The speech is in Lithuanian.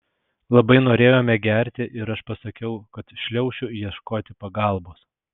labai norėjome gerti ir aš pasakiau kad šliaušiu ieškoti pagalbos